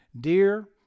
Dear